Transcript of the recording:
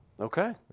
Okay